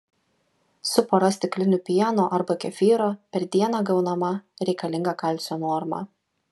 su pora stiklinių pieno arba kefyro per dieną gaunama reikalinga kalcio norma